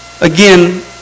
Again